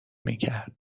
میکرد